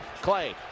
Clay